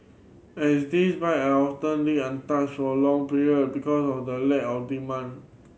and these bike are often left untouched for long period because of the lack of demand